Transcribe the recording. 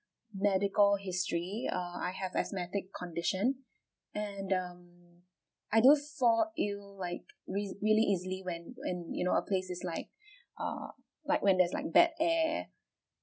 medical history uh I have asthmatic condition and um I do fall ill like re~ really easily when when you know a place is like err like when there's like bad air